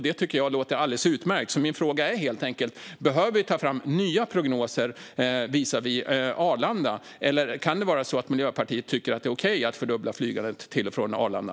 Det tycker jag låter alldeles utmärkt, så min fråga är helt enkelt: Behöver vi ta fram nya prognoser visavi Arlanda, eller kan det vara så att Miljöpartiet tycker att det är okej att fördubbla flygandet till och från Arlanda?